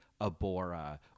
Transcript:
Abora